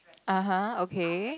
(uh huh) okay